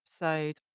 episode